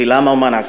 ולמה ומה נעשה?